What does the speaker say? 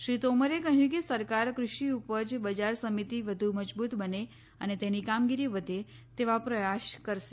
શ્રી તોમરે કહ્યું કે સરકાર કૃષિ ઉપજ બજાર સમિતિ વધુ મજબુત બને અને તેની કામગીરી વધે તેવા પ્રયાસ કરશે